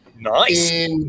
Nice